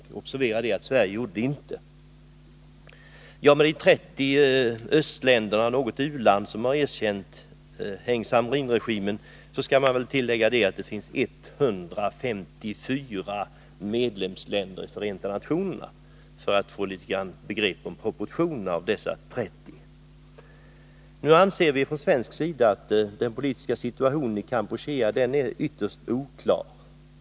För att ge en liten antydan om proportionerna, vill jag, när man nämner att 30 östländer och något u-land har erkänt Heng Samrin-regimen, påpeka att det finns 154 medlemsländer i Förenta nationerna. Vi anser från svensk sida att den politiska situationen i Kampuchea är ytterst oklar.